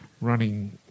running